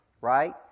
Right